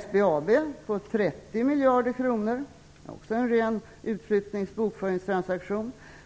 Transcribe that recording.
SBAB på 30 miljarder kronor - också en ren utflyttnings-/bokföringstransaktion.